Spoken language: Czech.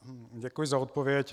Děkuji za odpověď.